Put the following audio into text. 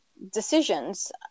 decisions